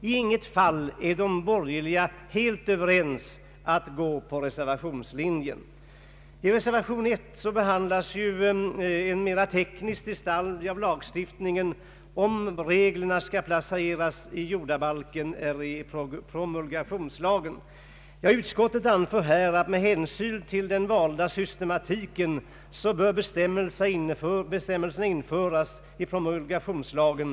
I inget fall är de borgerliga helt överens om att gå på reservationslinjen. I reservation I behandlas en mera teknisk fråga, nämligen om reglerna skall placeras i jordbalken eller i promulgationslagen. Utskottet anför att med hänsyn till den valda systematiken bör bestämmelserna införas i promulgationslagen.